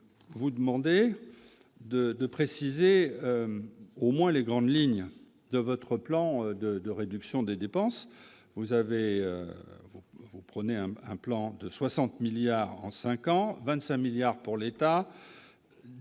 vous demander de de préciser au moins les grandes lignes de votre plan de de réduction des dépenses, vous avez, vous prenez un implant de 60 milliards en 5 ans 25 milliards pour l'État